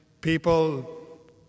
people